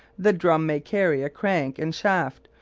the drum may carry a crank and shaft,